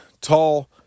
tall